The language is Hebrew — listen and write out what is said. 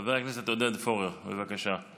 חבר הכנסת עודד פורר, בבקשה.